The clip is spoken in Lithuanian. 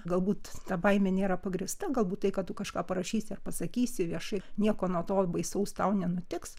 galbūt ta baimė nėra pagrįsta galbūt tai kad tu kažką parašysi ar pasakysi viešai nieko nuo to baisaus tau nenutiks